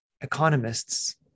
economists